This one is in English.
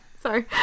Sorry